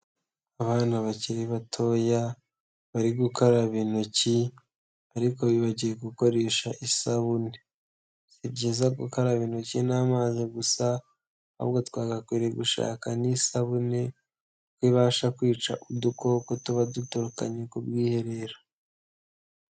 Abana bakiri batoya bari gukaraba intoki ariko bibagiwe gukoresha isabune. Si byiza gukaraba intoki n'amazi gusa ahubwo twagakwiriye gushaka n'isabune kuko ibasha kwica udukoko tuba duturukanye ku bwiherero.